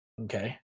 Okay